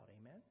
Amen